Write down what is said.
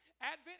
Advent